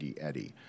Eddie